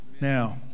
Now